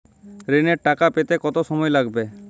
ঋণের টাকা পেতে কত সময় লাগবে?